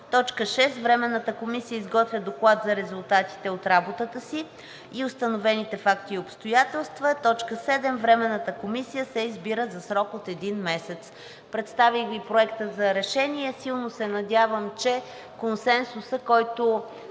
6. Временната комисия изготвя доклад за резултатите от работата си и установените факти и обстоятелства. 7. Временната комисия се избира за срок от 1 месец.“ Представих Ви Проекта за решение. Силно се надявам, че консенсусът, който